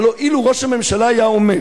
הלוא אילו ראש הממשלה היה אומר,